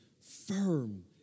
firm